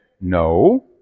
No